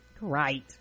right